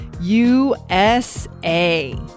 USA